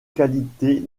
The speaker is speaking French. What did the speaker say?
qualité